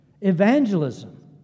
evangelism